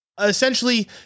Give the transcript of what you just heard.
essentially